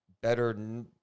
better